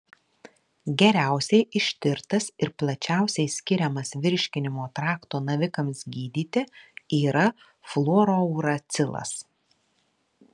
geriausiai ištirtas ir plačiausiai skiriamas virškinimo trakto navikams gydyti yra fluorouracilas